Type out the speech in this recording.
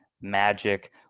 magic